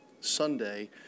Sunday